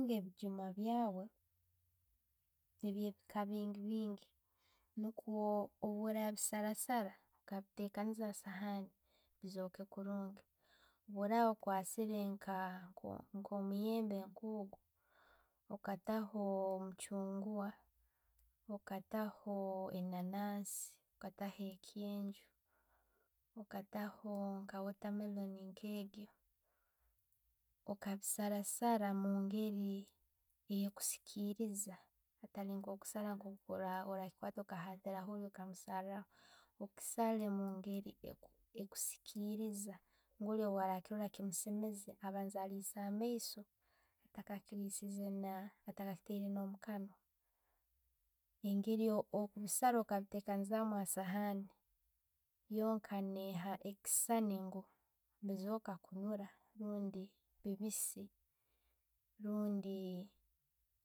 Tunga ebijjuma byaawe ebya biika biigi biingi nukwo bworabisaara saara, okabetekaniiza ha sahaani bizooke kirungi. Bworaba okwasiire nka- nko- nko omuyembe nkogu, okataaho omuchunguwa, okataho ennansi, okattaho ekyenju, okattaho nke' water meloni nke egyo. Okabisalasaara mungeeri eyokusikiiriiza ottari kwokusaara, okahatiira oli okamusaraho. Okisaale omungeri ekusiikiiriza ngu ole bwara kiroora kimuseemeze, abanze allise amaiiso ataakateire no'mukanwa. Engeri yo'kubisaara okabitekanizaamu asaahani yonka neha ekisaani ngu nebizooka kuroora obundi biibiisi rundi